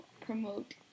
promote